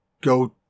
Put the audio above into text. Go